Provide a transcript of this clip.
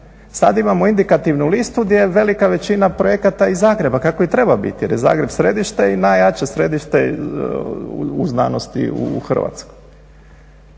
Sad imamo indikativnu listu gdje je velika većina projekata iz Zagreba, kako i treba biti, jer je Zagreb središte i najjače središte u znanosti u Hrvatskoj.